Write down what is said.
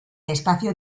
espacio